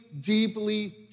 deeply